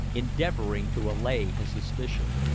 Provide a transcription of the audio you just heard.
endeavoring to allay his suspicion.